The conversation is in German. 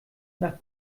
nach